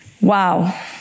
Wow